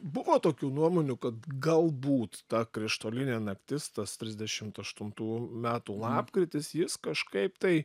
buvo tokių nuomonių kad galbūt ta krištolinė naktis tas trisdešimt aštuntų metų lapkritis jis kažkaip tai